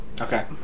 Okay